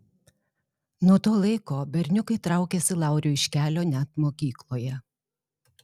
nuo to laiko berniukai traukėsi lauriui iš kelio net mokykloje